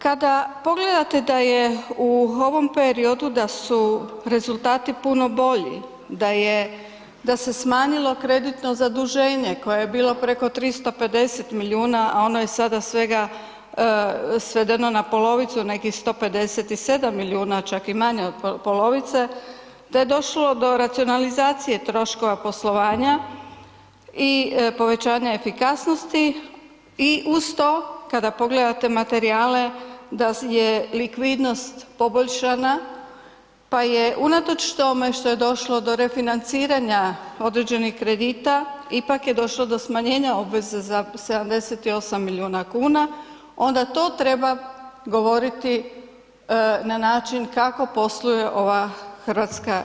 Kada pogledate da je u ovom periodu da su rezultati puno bolji, da se smanjilo kreditno zaduženje koje je bilo preko 350 milijuna, a ono je sada svedeno na polovicu nekih 157 milijuna, čak i manje od polovice, da je došlo do racionalizacije troškova poslovanja i povećanja efikasnosti i uz to kada pogledate materijale da je likvidnost poboljšanja, pa je unatoč tome što je došlo do refinanciranja određenih kredita ipak je došlo do smanjenje obveze za 78 milijuna kuna onda to treba govoriti na način kako posluje ova HRT.